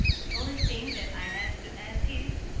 the only thing that i have to add is,